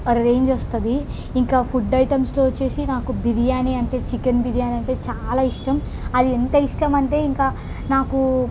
ఆ రేంజ్ వస్తుంది ఇంకా ఫుడ్ ఐటమ్స్లో వచ్చి నాకు బిర్యానీ అంటే చికెన్ బిర్యానీ అంటే చాలా ఇష్టం అది ఎంత ఇష్టం అంటే ఇంకా నాకు